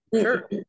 sure